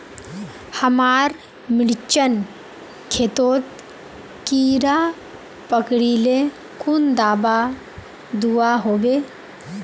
हमार मिर्चन खेतोत कीड़ा पकरिले कुन दाबा दुआहोबे?